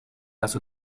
las